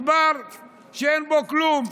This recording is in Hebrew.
מדבר שאין בו כלום.